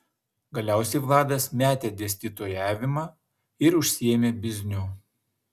galiausiai vladas metė dėstytojavimą ir užsiėmė bizniu